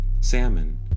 salmon